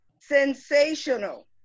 sensational